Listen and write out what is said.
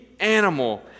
Animal